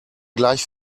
gleich